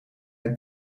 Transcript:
een